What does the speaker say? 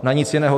Na nic jiného.